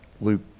Luke